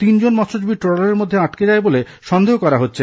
তিনজন মৎস্যজীবি ট্রলারের মধ্যে আটকে যায় বলে সন্দেহ করা হচ্ছে